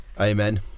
Amen